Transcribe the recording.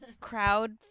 crowd